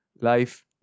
Life